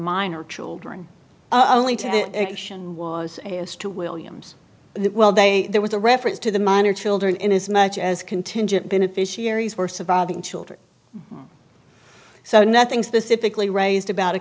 minor children only to say as to williams well they there was a reference to the minor children in as much as contingent beneficiaries were surviving children so nothing specifically raised about a